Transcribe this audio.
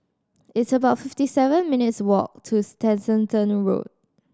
it's about fifty seven minutes' walk to Tessensohn Road